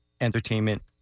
entertainment